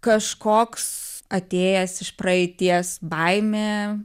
kažkoks atėjęs iš praeities baimė